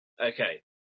Okay